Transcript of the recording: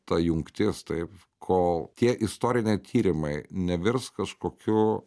ta jungtis taip kol tie istoriniai tyrimai nevirs kažkokiu